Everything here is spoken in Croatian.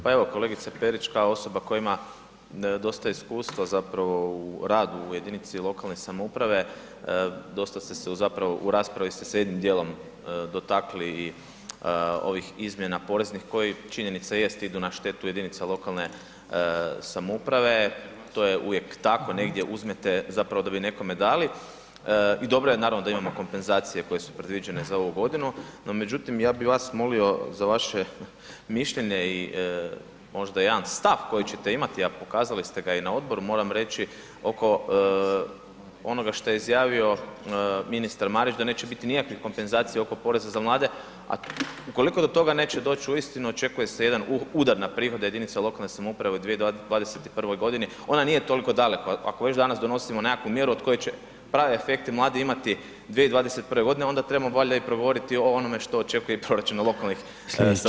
Pa evo kolegica Perić kao osoba koja ima dosta iskustva zapravo u radu u jedinici lokalne samouprave, dosta ste se, zapravo u raspravi ste se jednim dijelom dotakli i ovih izmjena poreznih koji činjenica jest idu na štetu jedinica lokalne samouprave, to je uvijek tako, negdje uzmete, zapravo da bi nekome dali i dobro je naravno da imamo kompenzacije koje su predviđene za ovu godinu, no međutim, ja bi vas molio za vaše mišljenje i možda jedan stav koji ćete imati, a pokazali ste ga i na odboru, moram reći oko onoga što je izjavio ministar Marić da neće biti nikakvih kompenzacija oko poreza za mlade, a ukoliko do toga neće doć, uistinu očekuje se jedan udar na prihode jedinice lokalne samouprave u 2021.g., ona nije toliko daleko, ako već danas donosimo nekakvu mjeru od koje će prave efekte mladi imati 2021.g. onda trebamo valjda i progovoriti i o onome što očekuje i proračun lokalnih [[Upadica: Slijedeće…]] samouprava 2021.g.